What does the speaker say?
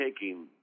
taking